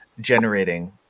generating